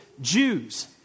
Jews